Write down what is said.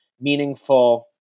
meaningful